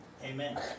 Amen